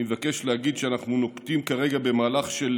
אני מבקש להגיד שאנחנו נוקטים כרגע מהלך של